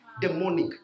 Demonic